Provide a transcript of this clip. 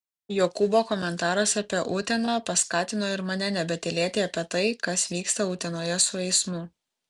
jokūbo komentaras apie uteną paskatino ir mane nebetylėti apie tai kas vyksta utenoje su eismu